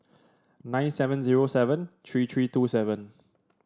nine seven zero seven three three two seven